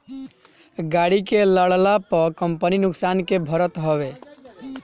गाड़ी के लड़ला पअ कंपनी नुकसान के भरत हवे